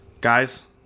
guys